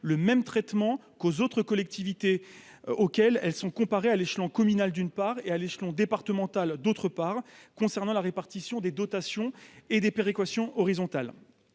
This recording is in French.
le même traitement qu'aux autres collectivités auxquelles elles sont comparées à l'échelon communal d'une part, et à l'échelon départemental, d'autre part, concernant la répartition des dotations et des péréquation horizontale,